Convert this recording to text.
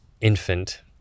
infant